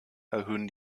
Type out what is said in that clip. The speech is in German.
erhöhen